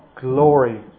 glory